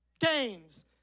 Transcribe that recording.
games